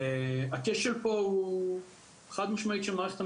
הכשל פה הוא חד משמעית של מערכת המשפט,